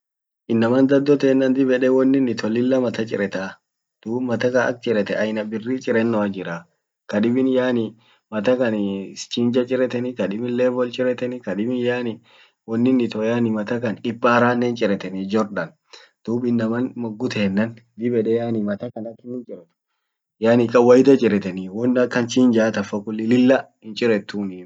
Innaman daddo tenna dib yede wonin ito lilla mata chiretaa duub mata kan ak chiretan aina birri chirenoa jiraa kadibin yani mata kan chinja chiretani kadibin level chiretani kadibin yani wonin ito yani mata kan kimparanen chiretani jaal dan. duub innaman muggu tennan dib yede yani mata kan akin chiret yani kawaida chiretanii won akan chinja tan fa kulli lilla hinchiretuni hinbedu.